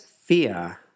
fear